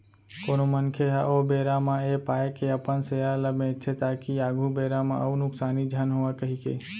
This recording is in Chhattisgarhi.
कोनो मनखे ह ओ बेरा म ऐ पाय के अपन सेयर ल बेंचथे ताकि आघु बेरा म अउ नुकसानी झन होवय कहिके